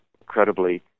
incredibly